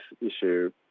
issue